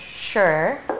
sure